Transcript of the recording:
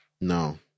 No